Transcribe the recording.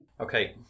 Okay